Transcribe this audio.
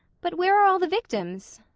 but where are all the victims?